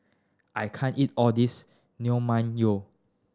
I can't eat all this Naengmyeon